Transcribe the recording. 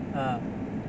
uh